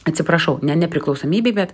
atsiprašau ne nepriklausomybei bet